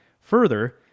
further